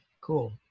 Cool